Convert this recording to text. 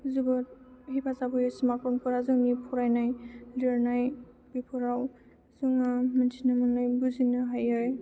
जोबोर हेफाजाब होयो स्मार्टफ'नफोरा जोंनि फरायनाय लिरनाय बेफोराव जोंहा मिन्थिनो मोनै बुजिनो हायै